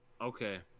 Okay